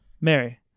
Mary